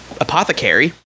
Apothecary